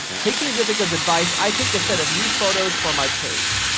taking viveka's advice, i take a set of new photos for my page.